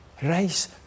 Race